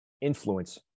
influence